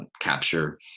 capture